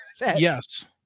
Yes